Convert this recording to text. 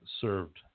served